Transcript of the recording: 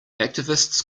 activists